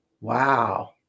Wow